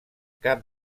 cap